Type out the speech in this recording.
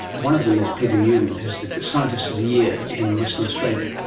one of them is peter newman who is the scientist of the year in western australia,